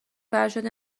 فرشاد